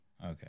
Okay